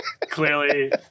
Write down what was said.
clearly